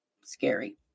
Scary